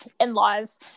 in-laws